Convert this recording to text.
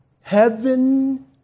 heaven